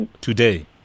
Today